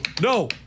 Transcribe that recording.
no